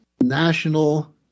national